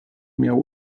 miał